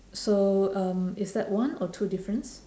so um is that one or two difference